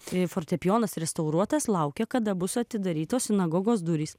trijų fortepijonas restauruotas laukia kada bus atidarytos sinagogos durys